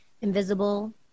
invisible